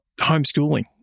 homeschooling